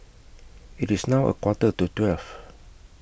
IT IS now A Quarter to twelve